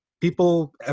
people